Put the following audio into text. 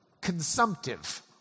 consumptive